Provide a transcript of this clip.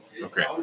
Okay